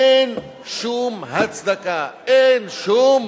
אין שום הצדקה, אין שום